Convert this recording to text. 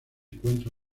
encuentra